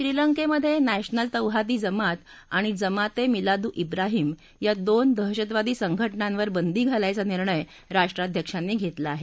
श्रीलंकेमधे national Thowheeth Jamath आणि जमाते मिलादु व्राहीम या दोन दहशतवादी संघटनांवर बंदी घालायचा निर्णय राष्ट्राध्यक्षांनी घेतला आहे